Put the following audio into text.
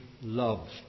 love